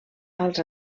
als